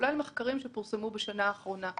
כולל מחקרים שפורסמו בשנה האחרונה.